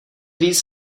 víc